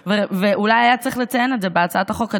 ואולי היה צריך לציין את זה בהצעת החוק,